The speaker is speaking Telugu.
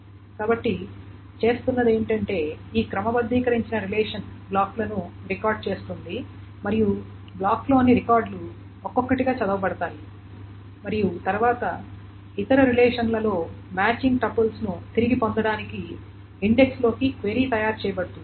కాబట్టి చేస్తున్నది ఏమిటంటే ఈ క్రమబద్ధీకరించబడిన రిలేషన్ బ్లాక్లను రికార్డ్ చేస్తుంది మరియు బ్లాక్లోని రికార్డులు ఒక్కొక్కటిగా చదవబడతాయి మరియు తరువాత ఇతర రిలేషన్లలో మ్యాచింగ్ టపుల్స్ను తిరిగి పొందడానికి ఇండెక్స్లోకి క్వెరీ తయారు చేయబడుతుంది